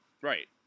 Right